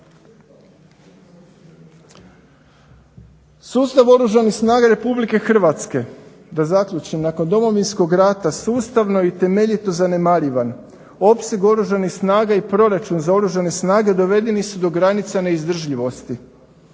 Sustav Oružanih snaga Republike Hrvatske, da zaključim nakon Domovinskog rata sustavno i temeljito zanemarivan. Opseg Oružanih snaga i proračun za Oružane snage dovedeni su do granica neizdržljivosti.